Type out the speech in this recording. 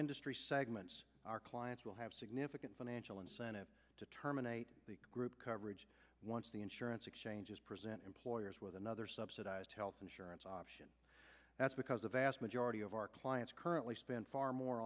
industry segments our clients will have significant financial incentive to terminate the group coverage once the insurance exchanges present employers with another subsidized health insurance option that's because the vast majority of our clients currently spend far more